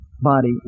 body